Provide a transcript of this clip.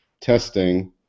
testing